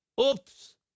Oops